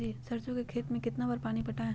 सरसों के खेत मे कितना बार पानी पटाये?